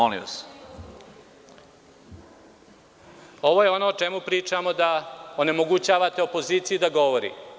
Ovo je ono o čemu pričamo, a to je da onemogućavate opoziciju da govori.